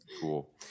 cool